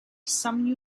some